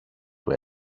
του